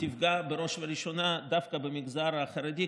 תפגע בראש ובראשונה דווקא במגזר החרדי,